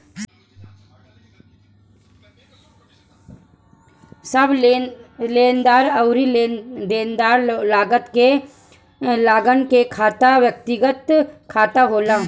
सब लेनदार अउरी देनदार लोगन के खाता व्यक्तिगत खाता होला